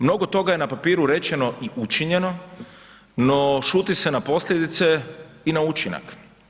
Mnogo toga je na papiru rečeno i učinjeno, no šuti se na posljedice i na učinak.